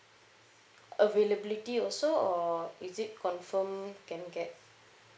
availability also or is it confirm can get